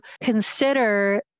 consider